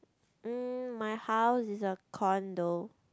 mm my house is a condo